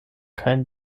kein